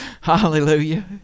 Hallelujah